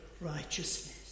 righteousness